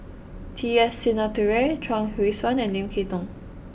T S Sinnathuray Chuang Hui Tsuan and Lim Kay Tong